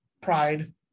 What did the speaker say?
pride